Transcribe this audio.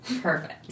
Perfect